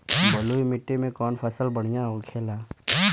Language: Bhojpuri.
बलुई मिट्टी में कौन फसल बढ़ियां होखे ला?